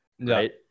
Right